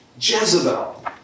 Jezebel